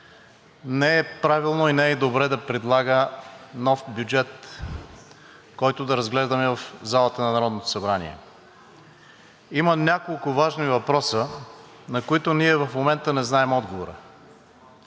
не е правилно и не е добре да предлага нов бюджет, който да разглеждаме в залата на Народното събрание. Има няколко важни въпроса, на които ние в момента не знаем отговорите.